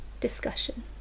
discussion